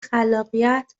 خلاقیت